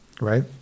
right